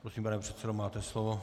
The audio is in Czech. Prosím, pane předsedo, máte slovo.